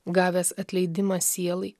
gavęs atleidimą sielai